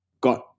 got